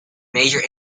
major